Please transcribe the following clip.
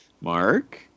Mark